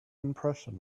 impression